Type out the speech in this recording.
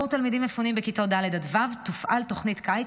עבור תלמידים מפונים בכיתות ד' עד ו' תופעל תוכנית קיץ